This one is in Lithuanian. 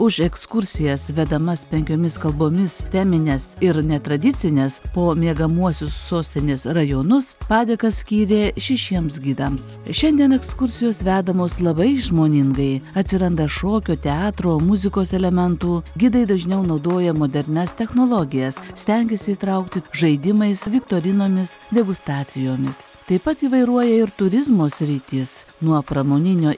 už ekskursijas vedamas penkiomis kalbomis temines ir netradicines po miegamuosius sostinės rajonus padėkas skyrė šešiems gidams šiandien ekskursijos vedamos labai išmoningai atsiranda šokio teatro muzikos elementų gidai dažniau naudoja modernias technologijas stengiasi įtraukti žaidimais viktorinomis degustacijomis taip pat įvairuoja ir turizmo sritys nuo pramoninio